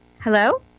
Hello